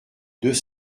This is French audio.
deux